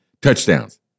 touchdowns